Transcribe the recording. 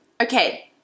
Okay